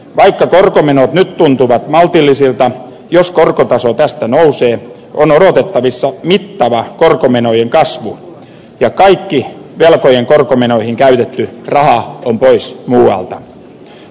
vaikka korkomenot nyt tuntuvat maltillisilta jos korkotaso tästä nousee on odotettavissa mittava korkomenojen kasvu ja kaikki velkojen korkomenoihin käytetty raha on pois muualta